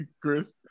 Chris